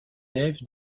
nef